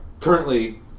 currently